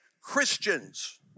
Christians